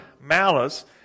malice